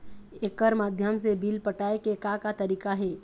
एकर माध्यम से बिल पटाए के का का तरीका हे?